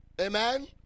Amen